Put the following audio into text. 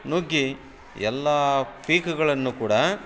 ನುಗ್ಗಿ ಎಲ್ಲ ಪೀಕುಗಳನ್ನು ಕೂಡ